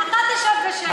אתה תשב בשקט.